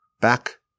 back